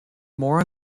more